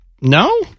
No